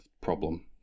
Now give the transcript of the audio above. problem